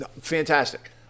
Fantastic